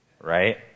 right